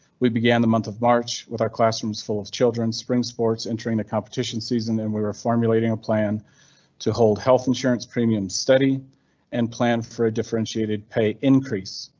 we began the month of march with our classrooms full of children, spring sports entering the competition season and we were formulating a plan to hold health insurance, premium study and plan for a differentiated pay increase.